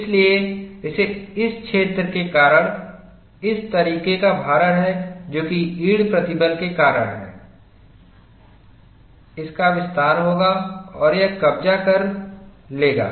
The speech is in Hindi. इसलिएइस क्षेत्र के कारण इस तरीके का भारण हैं जो कि यील्ड प्रतिबल के कारण है इसका विस्तार होगा और यह कब्जा कर लेगा